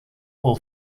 all